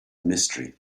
mystery